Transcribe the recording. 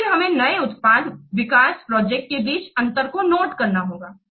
फिर हमें नए उत्पाद विकास प्रोजेक्ट के बीच अंतर को नोट करना होगा